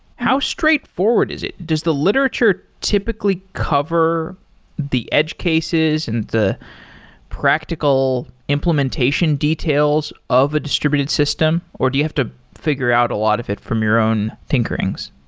how straightforward is it? does the literature typically cover the edge cases in the practical implementation details of a distributed system or do you have to figure out a lot of it from your own tinkerings?